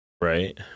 right